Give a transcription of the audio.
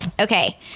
Okay